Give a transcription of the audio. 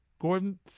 Gordon